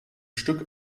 stück